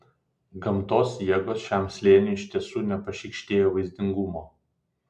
gamtos jėgos šiam slėniui iš tiesų nepašykštėjo vaizdingumo